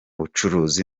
bucuruzi